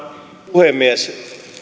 puhemies